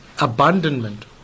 abandonment